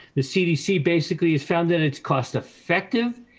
the cdc basically is found in it's cost effective.